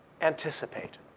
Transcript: anticipate